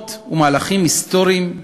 תהפוכות ומהלכים היסטוריים.